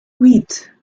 huit